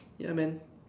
ya man